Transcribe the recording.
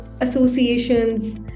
associations